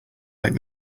like